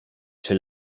czy